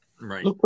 right